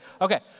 Okay